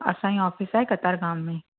असांजी ऑफ़िस आहे क़तर गाँव में